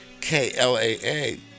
K-L-A-A